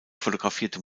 fotografierte